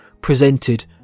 presented